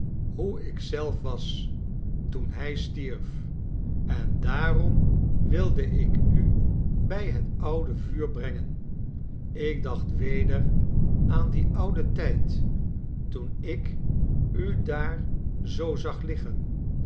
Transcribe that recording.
hoeik zelfwas toen hij stierf en daarom wilde ik u bij het oude vuur brengen ik dacht weder aan dien ouden tijd toen ik u daar zoo zag liggen